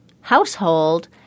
household